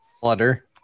Flutter